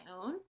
own